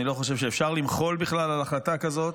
אני לא חושב שאפשר למחול בכלל על החלטה כזאת,